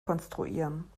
konstruieren